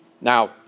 Now